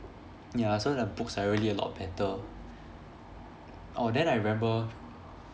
ya so the books are really a lot better oh then I remember